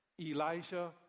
Elijah